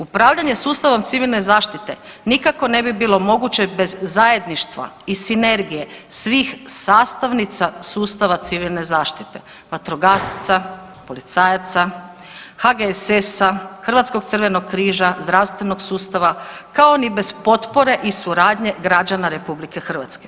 Upravljanje sustavom civilne zaštite nikako ne bi bilo moguće bez zajedništva i sinergije svih sastavnica sustava civilne zaštite, vatrogasaca, policajaca, HGSS-a, Hrvatskog crvenog križa, zdravstvenog sustava, kao ni bez potpore i suradnje građana RH.